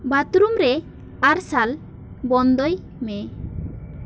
bathroom ᱨᱮ ᱟᱨᱥᱟᱞ ᱵᱚᱱᱫᱚᱭ ᱢᱮ